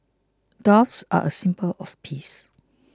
doves are a symbol of peace